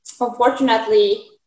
unfortunately